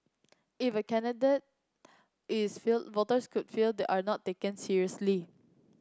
if a candidate is fielded voters could feel they are not taken seriously